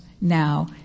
now